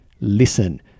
listen